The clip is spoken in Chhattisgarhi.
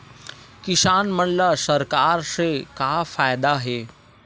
किसान मन ला सरकार से का फ़ायदा हे?